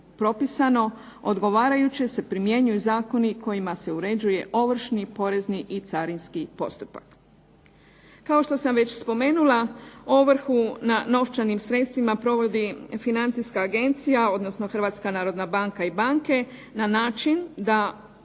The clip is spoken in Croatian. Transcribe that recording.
odgovarajuće se primjenjuju zakoni kojima se uređuje ovršni, carinski i porezni postupak. Kao što sam već spomenula ovrhu na novčanim sredstvima provodi financijska agencija, odnosno Hrvatska narodna banka i banke na način da